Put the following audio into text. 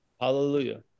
Hallelujah